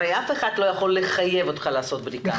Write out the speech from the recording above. הרי אף אחד לא יכול לחייב אותך לעשות את הבדיקה.